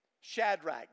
Shadrach